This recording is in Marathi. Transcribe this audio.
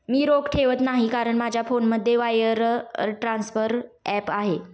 मी रोख ठेवत नाही कारण माझ्या फोनमध्ये वायर ट्रान्सफर ॲप आहे